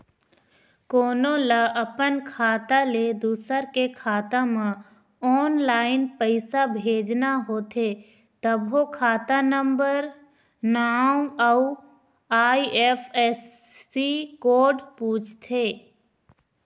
कोनो ल अपन खाता ले दूसर के खाता म ऑनलाईन पइसा भेजना होथे तभो खाता नंबर, नांव अउ आई.एफ.एस.सी कोड पूछथे